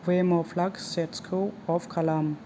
वेम' प्लाकस सेट्सखौ अफ खालाम